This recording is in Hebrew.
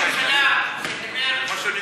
מחווה של רצון טוב,